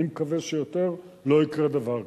אני מקווה שיותר לא יקרה דבר כזה.